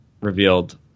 revealed